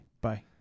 Bye